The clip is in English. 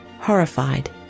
horrified